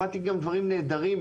שמעתי גם דברים נהדרים.